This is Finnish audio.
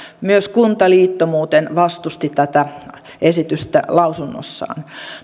myös kuntaliitto muuten vastusti tätä esitystä lausunnossaan